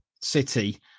City